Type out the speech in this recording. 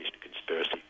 conspiracy